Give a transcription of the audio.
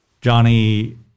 Johnny